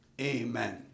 Amen